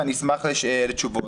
ואני אשמח לתשובות.